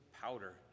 powder